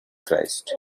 christ